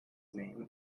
name